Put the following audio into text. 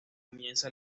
comienza